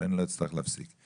שאני לא אצטרך להפסיק.